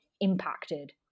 impacted